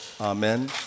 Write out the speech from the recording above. Amen